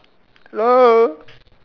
hello